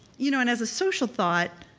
you know and as a social thought,